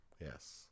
Yes